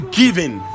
giving